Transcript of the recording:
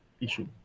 issue